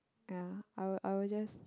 ya I will I will just